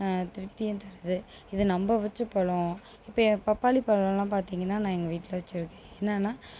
திருப்தியும் தருது இது நம்ப வச்ச பழம் இப்போ பப்பாளி பழம்லாம் பார்த்திங்கன்னா நான் எங்கள் வீட்டில வச்சுருக்கேன் என்னென்னா